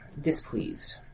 displeased